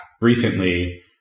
recently